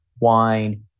wine